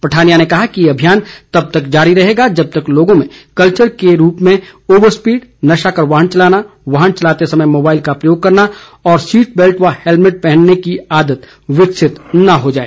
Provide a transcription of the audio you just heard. पठानिया ने कहा कि ये अभियान तब तक जारी रहेगा जब तक लोगों में कल्वर के रूप में ओवर स्पीड नशा कर वाहन चलाना वाहन चलाते समय मोबाईल का प्रयोग करना और सीट बैल्ट व हैल्मेट पहनने की आदत विकसित न हो जाए